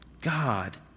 God